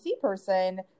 person